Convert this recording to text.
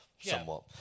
somewhat